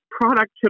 product